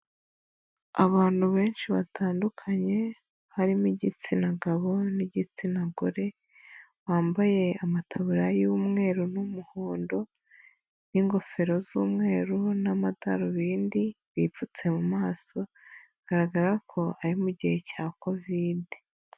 Abantu benshi batandukanye, harimo igitsina gabo n'igitsina gore, bambaye amataburiya y'umweru n'umuhondo n'ingofero z'umweru n'amadarubindi bipfutse mu maso, bigaragara ko ari mu gihe cya kovide.